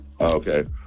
Okay